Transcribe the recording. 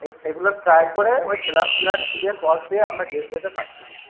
এগুলো ফ্রাই করে ওই স্যালাড ট্যালাড দিয়ে সস দিয়ে আমরা গেস্টদেরকে সার্ভ করি